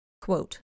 Quote